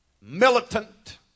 militant